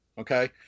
okay